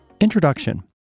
Introduction